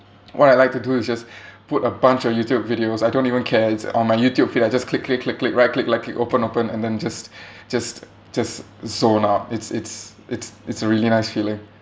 what I like to do is just put a bunch of youtube videos I don't even care it's on my youtube feed I just click click click click right click like it open open and then just just just zone out it's it's it's it's a really nice feeling